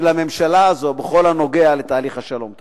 של הממשלה הזאת בכל הנוגע לתהליך השלום.